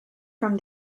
from